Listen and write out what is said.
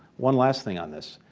one last thing on this,